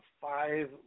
five